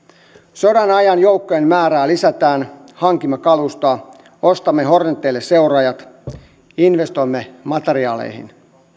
sodanajan joukkojen määrää lisätään hankimme kalustoa ostamme horneteille seuraajat investoimme materiaaleihin